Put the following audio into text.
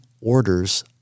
orders